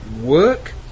work